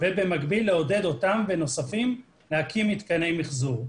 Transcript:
ובמקביל לעודד אותם ונוספים להקים מתקני מחזור.